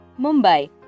Mumbai